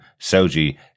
Soji